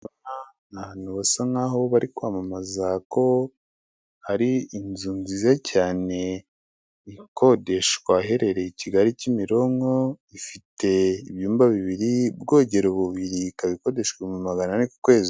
Ahantu basa nk'aho bari kwamamaza ko hari inzu nziza cyane ikodeshwa aherereye i Kigali Kimironko ifite ibyumba bibiri ubwogero bubiri, ikaba ikoreshwa ibihumbi magana ane ku kwezi.